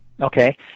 Okay